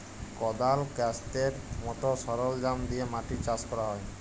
কদাল, ক্যাস্তের মত সরলজাম দিয়ে মাটি চাষ ক্যরা হ্যয়